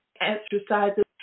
exercises